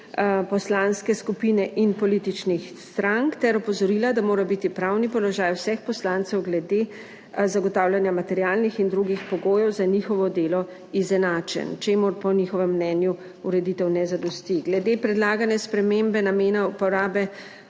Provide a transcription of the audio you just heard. poslanske skupine in političnih strank ter opozorila, da mora biti pravni položaj vseh poslancev glede zagotavljanja materialnih in drugih pogojev za njihovo delo izenačen, čemur po njihovem mnenju ureditev ne zadosti. Glede predlagane spremembe namena uporabe